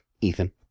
Ethan